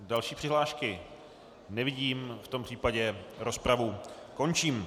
Další přihlášky nevidím, v tom případě rozpravu končím.